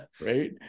right